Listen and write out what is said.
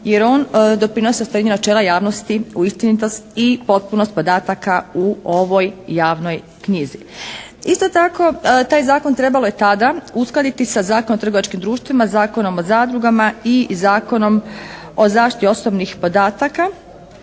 se ne razumije./ … načela javnosti u istinitost i potpunost podataka u ovoj javnoj knjizi. Isto tako taj zakon trebalo je tada uskladiti sa Zakonom o trgovačkim društvima, Zakonom o zadrugama i Zakonom o zaštiti osobnih podataka,